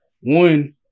One